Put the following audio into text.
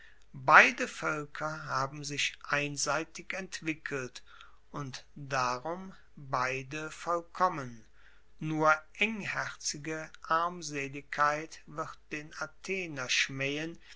beide voelker haben sich einseitig entwickelt und darum beide vollkommen nur engherzige armseligkeit wird den athener schmaehen